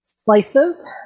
Slices